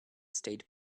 state